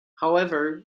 however